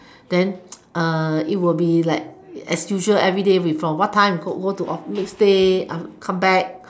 then uh it will be like as usually everyday we from what time you go next day you come back